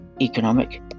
economic